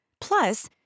Plus